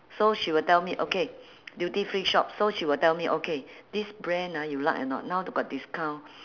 so she will tell me okay duty free shop so she will tell me okay this brand ah you like or not now they got discount